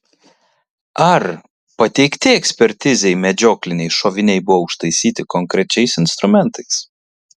ar pateikti ekspertizei medžiokliniai šoviniai buvo užtaisyti konkrečiais instrumentais